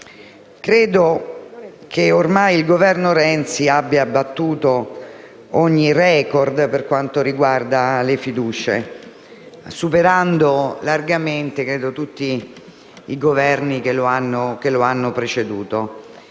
credo che ormai il Governo Renzi abbia battuto ogni *record* per quanto riguarda le questioni di fiducia, superando largamente tutti gli Esecutivi che lo hanno preceduto.